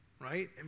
right